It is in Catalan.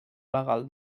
legal